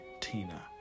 Tina